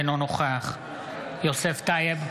אינו נוכח יוסף טייב,